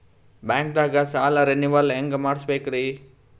ಬ್ಯಾಂಕ್ದಾಗ ಸಾಲ ರೇನೆವಲ್ ಹೆಂಗ್ ಮಾಡ್ಸಬೇಕರಿ?